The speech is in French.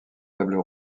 tables